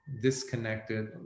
disconnected